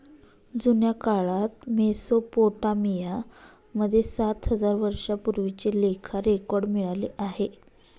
जुन्या काळात मेसोपोटामिया मध्ये सात हजार वर्षांपूर्वीचे लेखा रेकॉर्ड मिळाले आहे